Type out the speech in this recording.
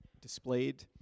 displayed